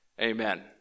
Amen